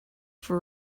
for